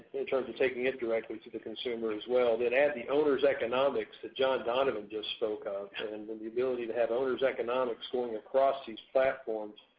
in terms of taking it directly to the consumer as well that add the owners' economics that john donovan just spoke of and and the ability to have owner's economics moving across these platforms,